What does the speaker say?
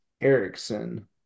Erickson